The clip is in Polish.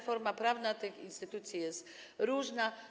Forma prawna tych instytucji jest różna.